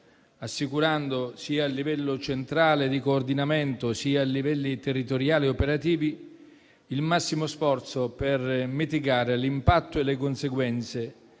assicurando sia livello centrale di coordinamento, sia a livello territoriale operativo il massimo sforzo per mitigare l'impatto e le conseguenze